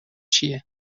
چیه